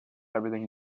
everything